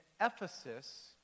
Ephesus